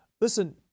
listen